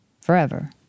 forever